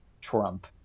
Trump